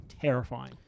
Terrifying